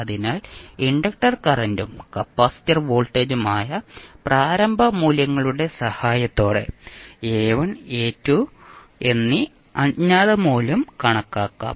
അതിനാൽ ഇൻഡക്റ്റർ കറന്റും കപ്പാസിറ്റർ വോൾട്ടേജും ആയ പ്രാരംഭ മൂല്യങ്ങളുടെ സഹായത്തോടെ A1 A2 എന്നി അജ്ഞാത മൂല്യം കണക്കാക്കാം